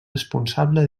responsable